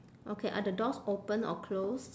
okay are the doors open or closed